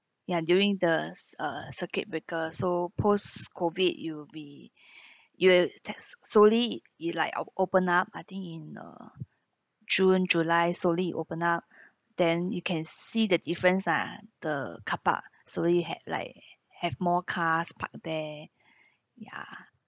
ya during the ci~ uh circuit breaker so post-COVID it'll be it tex~ so~ slowly it like o~ open up I think in uh june july slowly open up then you can see the difference ah the car park slowly had like have more cars parked there ya